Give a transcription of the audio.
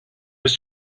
was